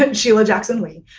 and sheila jackson lee.